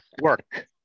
Work